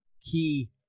key